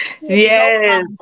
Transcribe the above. Yes